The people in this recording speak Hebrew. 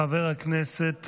חבר הכנסת